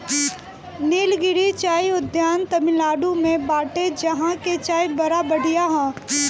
निलगिरी चाय उद्यान तमिनाडु में बाटे जहां के चाय बड़ा बढ़िया हअ